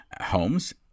homes